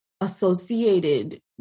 associated